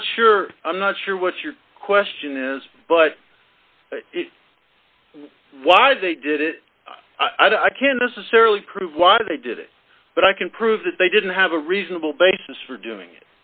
not sure i'm not sure what your question is but why they did it i can this is certainly prove why they did it but i can prove that they didn't have a reasonable basis for doing